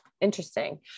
interesting